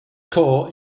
core